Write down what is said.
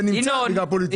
זה נלקח מסיבה פוליטית.